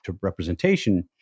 representation